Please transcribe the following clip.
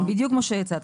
בדיוק מה שהצעת,